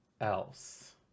else